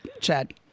Chad